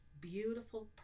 beautiful